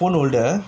phone holder